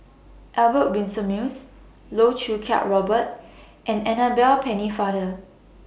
Albert Winsemius Loh Choo Kiat Robert and Annabel Pennefather